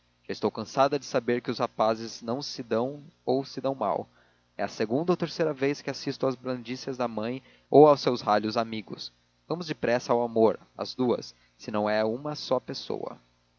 já estou cansada de saber que os rapazes não se dão ou se dão mal é a segunda ou terceira vez que assisto às blandícias da mãe ou aos seus ralhos amigos vamos depressa ao amor às duas se não é uma só a pessoa